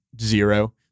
zero